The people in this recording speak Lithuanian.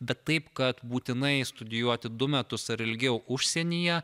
bet taip kad būtinai studijuoti du metus ar ilgiau užsienyje